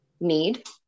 need